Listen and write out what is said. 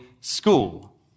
school